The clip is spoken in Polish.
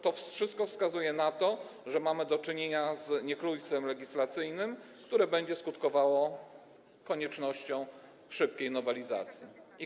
To wszystko wskazuje na to, że mamy do czynienia z niechlujstwem legislacyjnym, które będzie skutkowało koniecznością szybkiej nowelizacji tego.